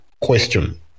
question